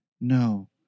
No